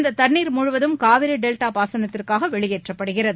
இந்த தண்ணீர் முழுவதும் காவிரி டெல்டா பாசனத்திற்காக வெளியேற்றப்படுகிறது